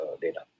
data